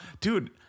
Dude